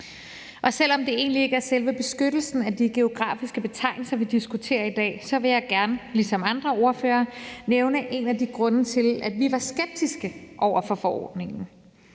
Selv om det egentlig ikke er selve beskyttelsen af de geografiske betegnelser, vi diskuterer i dag, vil jeg gerne ligesom andre ordførere nævne en af grundene til, at vi var skeptiske over for forordningen.